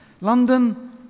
London